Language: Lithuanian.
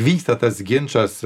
vyksta tas ginčas